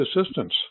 assistance